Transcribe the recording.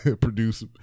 produce